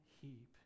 heap